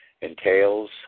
entails